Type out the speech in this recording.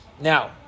Now